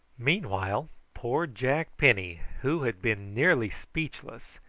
meanwhile poor jack penny, who had been nearly speechless,